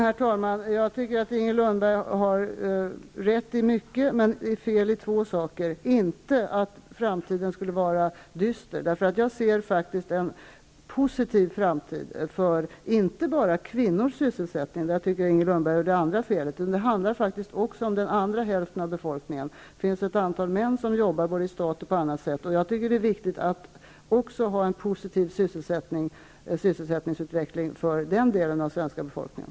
Herr talman! Jag tycker att Inger Lundberg har rätt i mycket, men hon har fel i två saker. Framtiden är inte dyster, utan jag ser en positiv framtid för sysselsättningen. Det gäller inte bara kvinnorna, utan också om den andra hälften av befolkningen. Det finns ett antal män som jobbar i staten och på annat sätt, och det är viktigt att sysselsättningsutvecklingen är positiv också för den delen av den svenska befolkningen.